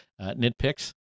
nitpicks